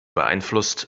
beeinflusst